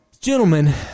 gentlemen